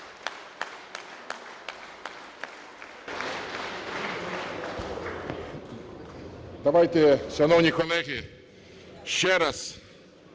Давайте, шановні колеги, ще раз